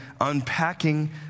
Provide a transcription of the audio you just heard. unpacking